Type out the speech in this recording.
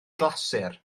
glasur